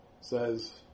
says